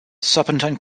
serpentine